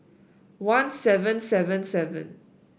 one seven seven seven